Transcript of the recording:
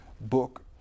book